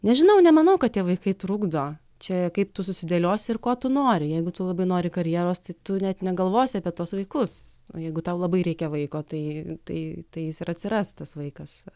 nežinau nemanau kad tie vaikai trukdo čia kaip tu susidėliosi ir ko tu nori jeigu tu labai nori karjeros tai tu net negalvosi apie tuos vaikus o jeigu tau labai reikia vaiko tai tai tai jis ir atsiras tas vaikas